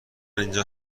اینجا